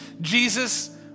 Jesus